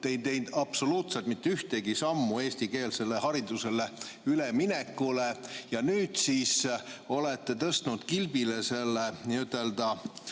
teinud absoluutselt mitte ühtegi sammu eestikeelsele haridusele üleminekuks. Nüüd siis olete tõstnud kilbile selle n‑ö